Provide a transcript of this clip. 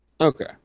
Okay